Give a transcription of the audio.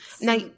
Now